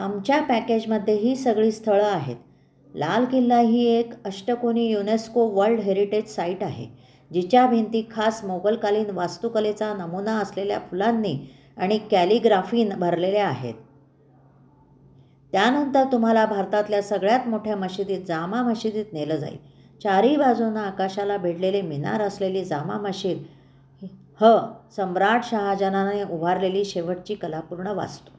आमच्या पॅकेजमध्ये ही सगळी स्थळं आहेत लाल किल्ला ही एक अष्टकोनी युनेस्को वर्ल्ड हेरिटेज साईट आहे जिच्या भिंती खास मोगलकालीन वास्तुकलेचा नमूना असलेल्या फुलांनी आणि कॅलिग्राफीनं भरलेल्या आहेत त्यानंतर तुम्हाला भारतातल्या सगळ्यात मोठ्या मशिदीत जामा मशिदीत नेलं जाईल चारही बाजूनं आकाशाला भिडलेले मिनार असलेली जामा मशीद ह सम्राट शाहजहानाने उभारलेली शेवटची कलापूर्ण वास्तू